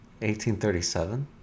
1837